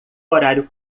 horário